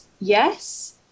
Yes